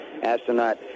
Astronaut